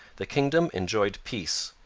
the kingdom enjoyed peace,